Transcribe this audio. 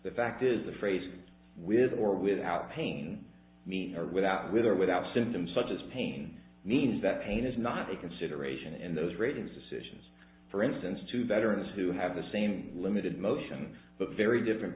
the fact is the phrase with or without pain without with or without symptoms such as pain means that pain is not a consideration in those ratings decisions for instance two veterans who have the same limited motion but very different